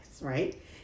right